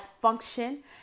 function